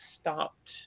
stopped